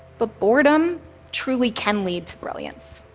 but boredom truly can lead to brilliance.